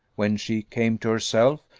when she came to herself,